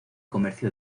comercio